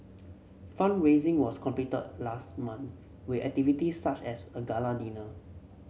fund raising was completed last month we activities such as a gala dinner